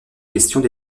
questions